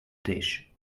dish